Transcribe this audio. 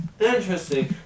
Interesting